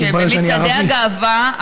במצעדי הגאווה,